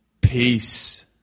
Peace